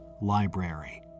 library